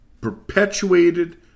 perpetuated